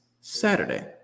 Saturday